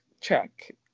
check